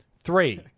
Three